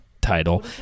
title